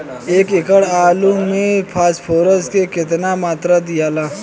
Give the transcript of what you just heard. एक एकड़ आलू मे फास्फोरस के केतना मात्रा दियाला?